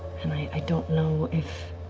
and i don't know if.